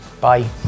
Bye